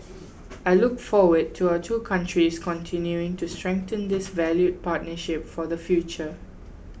I look forward to our two countries continuing to strengthen this valued partnership for the future